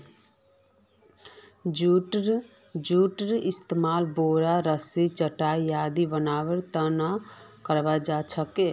जूटेर इस्तमाल बोर, रस्सी, चटाई आदि बनव्वार त न कराल जा छेक